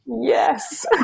Yes